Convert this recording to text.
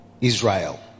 Israel